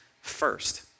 first